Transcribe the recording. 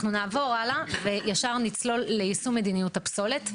אנחנו נעבור הלאה וישר נצלול ליישום מדיניות הפסולת.